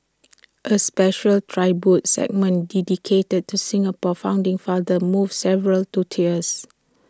A special tribute segment dedicated to Singapore's founding father moved several to tears